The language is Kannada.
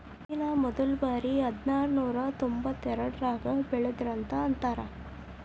ಹತ್ತಿನ ಮೊದಲಬಾರಿ ಹದನಾಕನೂರಾ ತೊಂಬತ್ತೆರಡರಾಗ ಬೆಳದರಂತ ಅಂತಾರ